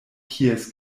kies